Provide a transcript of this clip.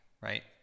right